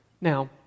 Now